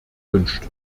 wünscht